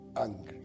angry